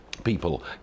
People